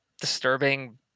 disturbing